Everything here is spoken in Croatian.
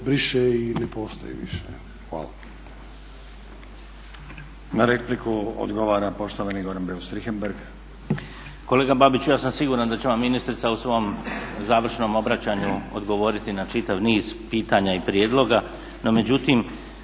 briše i ne postoji više. Hvala.